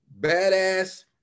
badass